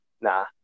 Nah